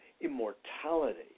immortality